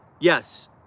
Yes